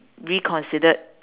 reconsidered